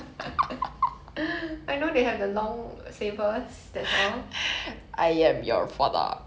no but maze runner like movie one they run movie two they run movie three I don't know I don't think it's out yet right